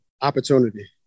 opportunity